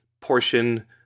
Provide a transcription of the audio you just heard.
portion